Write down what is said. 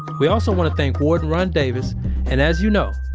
we also want to thank warden ron davis and as you know,